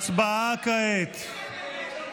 הצבעה כעת.